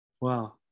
wow